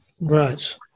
Right